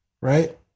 right